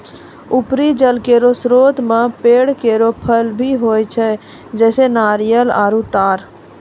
उपरी जल केरो स्रोत म पेड़ केरो फल भी होय छै, जैसें नारियल आरु तार